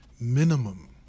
minimum